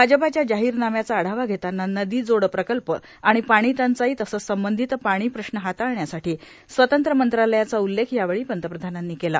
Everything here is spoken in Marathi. भाजपाच्या जाहीरनाम्याचा आढावा घेताना नदीजोड प्रकल्प आणि पाणीटंचाई तसंच संबंधित पाणी प्रश्न हाताळण्यासाठी स्वतंत्र मंत्रालयाचा उल्लेख यावेळी पंतप्रधानांनी केला